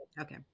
Okay